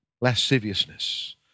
lasciviousness